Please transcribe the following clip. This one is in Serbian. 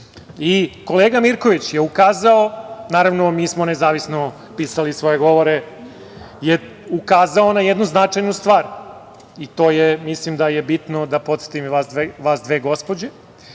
ide. Kolega Mirković je ukazao, naravno mi smo nezavisno pisali svoje govore, ukazao je na jednu značajnu stvar i mislim da je to bitno, da podsetim i vas dve gospođe,